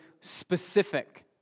specific